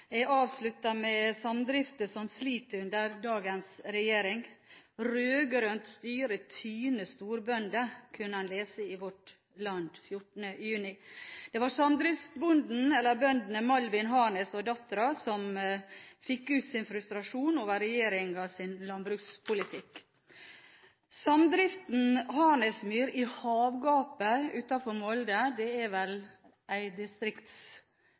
Jeg avsluttet med samdrifter som sliter under dagens regjering. «Rød-grønt styre tyner storbønder,» kunne en lese i Vårt Land den 14. juni i år. Det var samdriftsbøndene Malvin Harnes og datteren som fikk ut sin frustrasjon over regjeringens landbrukspolitikk. Samdriften Harnesmyr i havgapet utenfor Molde – det er vel